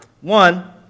One